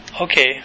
Okay